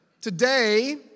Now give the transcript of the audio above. Today